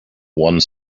one